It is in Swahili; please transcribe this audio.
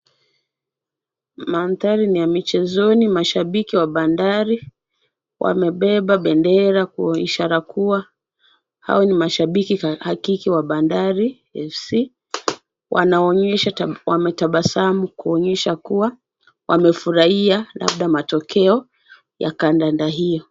Maandhari ni ya michezoni, mashabiki wa bandari, wamebeba bendera kuishara kua, hao ni mashabiki hakiki wa bandari FC, wanaonyesha wametabasamu kuonyesha kuwa wamefurahia labda matokeo, ya kandanda hiyo.